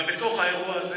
אבל בתוך האירוע הזה